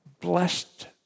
blessed